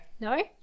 No